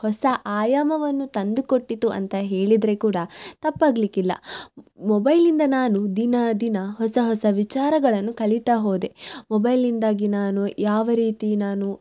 ಹೊಸ ಆಯಾಮವನ್ನು ತಂದು ಕೊಟ್ಟಿತು ಅಂತ ಹೇಳಿದರೆ ಕೂಡ ತಪ್ಪಾಗಲಿಕ್ಕಿಲ್ಲ ಮೊಬೈಲಿಂದ ನಾನು ದಿನ ದಿನ ಹೊಸ ಹೊಸ ವಿಚಾರಗಳನ್ನು ಕಲೀತಾ ಹೋದೆ ಮೊಬೈಲ್ನಿಂದಾಗಿ ನಾನು ಯಾವ ರೀತಿ ನಾನು